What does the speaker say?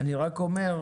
אני רק אומר,